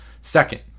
Second